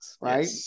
right